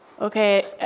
Okay